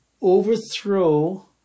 overthrow